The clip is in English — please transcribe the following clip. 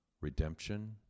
redemption